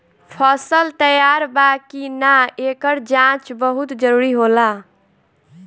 फसल तैयार बा कि ना, एकर जाँच बहुत जरूरी होला